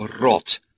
rot